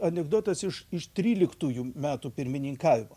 anekdotas iš tryliktųjų metų pirmininkavimo